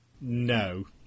No